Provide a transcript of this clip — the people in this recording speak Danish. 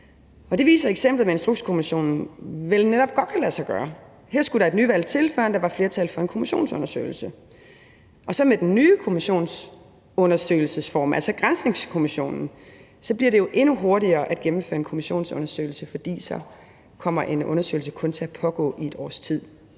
det viser eksemplet med Instrukskommissionen vel netop godt kan lade sig gøre. Her skulle der et nyvalg til, før der var flertal for en kommissionsundersøgelse. Og så med den nye kommissionsundersøgelsesform, altså en granskningskommission, bliver det jo endnu hurtigere at gennemføre en kommissionsundersøgelse, for så kommer en undersøgelse kun til at pågå i et års tid.